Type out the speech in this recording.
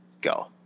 go